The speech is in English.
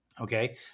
Okay